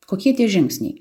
kokie tie žingsniai